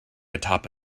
atop